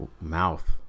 mouth